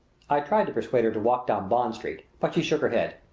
i tried to persuade her to walk down bond street, but she shook her head.